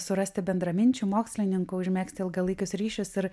surasti bendraminčių mokslininkų užmegzti ilgalaikius ryšius ir